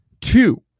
two